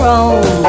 Rome